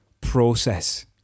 process